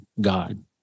god